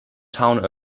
town